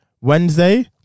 Wednesday